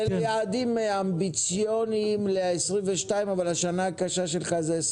אלה יעדים אמביציוזיים ל-2022 אבל השנה הקשה שלך היא 2023